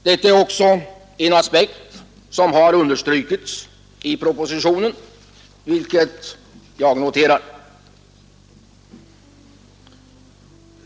Detta är också en aspekt som har understrukits i propositionen, vilket jag noterar.